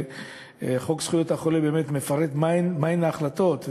וחוק זכויות החולה באמת מפרט מה הן ההחלטות,